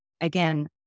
again